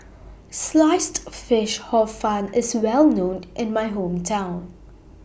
Sliced Fish Hor Fun IS Well known in My Hometown